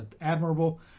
Admirable